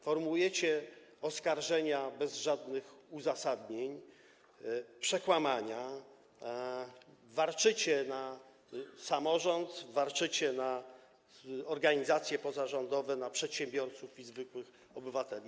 Formułujecie oskarżenia bez żadnych uzasadnień, przekłamania, warczycie na samorząd, warczycie na organizacje pozarządowe, na przedsiębiorców i zwykłych obywateli.